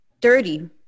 dirty